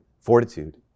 fortitude